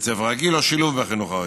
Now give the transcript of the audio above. בבית ספר רגיל או שילוב בחינוך הרגיל.